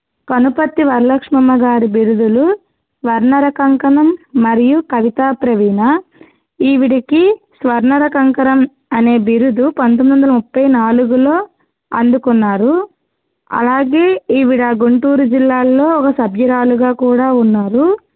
కనుపర్తి వరలక్ష్మమ్మ గారి బిరుదులు స్వర్ణరకంకణం మరియు కవితా ప్రవీణ ఈవిడికి స్వర్ణరకంకణం అనే బిరుదు పంతొమ్మిదొందల ముప్పై నాలుగులో అందుకున్నారు అలాగే ఈవిడ గుంటూరు జిల్లాలో ఒక సభ్యురాలుగా కూడా ఉన్నారు